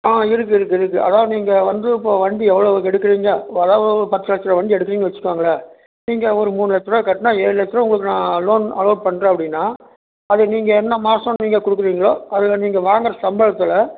ஆ இருக்கு இருக்கு இருக்கு அதாவது நீங்கள் வந்து இப்போ வண்டி எவ்வளோவுக்கு எடுக்குறீங்க அதாவது பத்துலட்சரூவா வண்டி எடுக்குறீங்கன்னு வச்சுக்கோங்களேன் நீங்கள் ஒரு மூணு லட்சரூவா கட்டுன்னா ஏழு லட்சரூவா உங்களுக்கு நான் லோன் அலாட் பண்ணுறேன் அப்படின்னா அதை நீங்கள் என்ன மாதம் நீங்கள் கொடுக்குறீங்களோ அதில் நீங்கள் வாங்குற சம்பளத்தில்